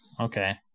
okay